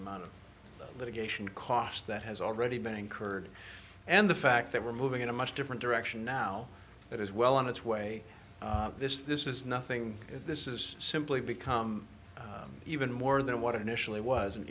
amount of litigation costs that has already been incurred and the fact that we're moving in a much different direction now that is well on its way this this is nothing this is simply become even more than what initially was an